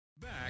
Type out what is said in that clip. Back